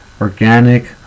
organic